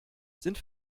sind